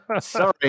sorry